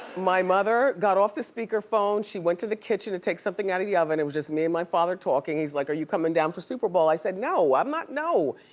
my mother got off the speakerphone. she went to the kitchen to take something outta the oven. it was just me and my father talking. he's like are you coming down for super bowl? i said, no, i'm not, no.